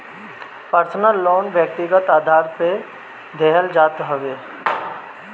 personal loan व्यक्तिगत आधार पे देहल जात हवे